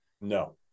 No